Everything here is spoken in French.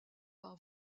par